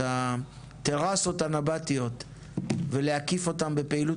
את הטרסות הנבטיות ולהקיף אותם בפעילות